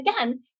again